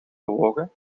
gewogen